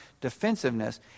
defensiveness